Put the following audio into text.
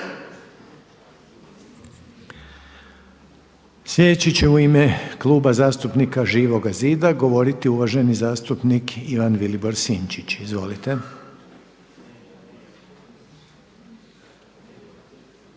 Sljedeći će u ime Kluba zastupnika Živoga zida govoriti uvaženi zastupnik Ivan Vilibor Sinčić. Izvolite.